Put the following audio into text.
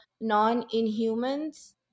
non-Inhumans